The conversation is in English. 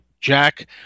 Jack